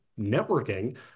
networking